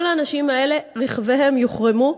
כל האנשים האלה רכביהם יוחרמו,